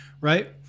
right